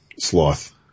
sloth